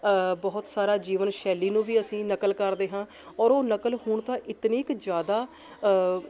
ਬਹੁਤ ਸਾਰਾ ਜੀਵਨ ਸ਼ੈਲੀ ਨੂੰ ਵੀ ਅਸੀਂ ਨਕਲ ਕਰਦੇ ਹਾਂ ਔਰ ਉਹ ਨਕਲ ਹੁਣ ਤਾਂ ਇਤਨੀ ਕੁ ਜ਼ਿਆਦਾ